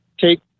take